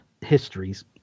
histories